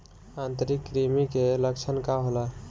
आंतरिक कृमि के लक्षण का होला?